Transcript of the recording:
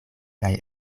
kaj